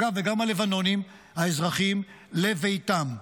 ואגב, גם את הלבנונים האזרחים, לביתם,